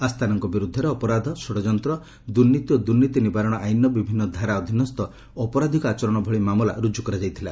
ଆସ୍ଥାନାଙ୍କ ବିରୁଦ୍ଧରେ ଅପରାଧ ଷଡ଼ଯନ୍ତ୍ର ଦୂର୍ନୀତି ଓ ଦୂର୍ନୀତି ନିବାରଣ ଆଇନ୍ର ବିଭିନ୍ନ ଧାରା ଅଧୀନସ୍ଥ ଅପରାଧିକ ଆଚରଣ ଭଳି ମାମଲା ରୁଜୁ କରାଯାଇଥିଲା